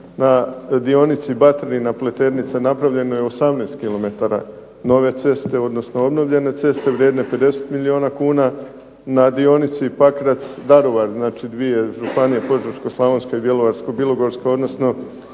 na dionici Baterina-Pleternica napravljeno je 18 kilometara nove ceste, odnosno obnovljene ceste vrijedne 50 milijuna kuna, na dionici Pakrac-Daruvar, znači dvije županije Požeško-slavonske Bjelovarsko-bilogorske odnosno